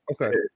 okay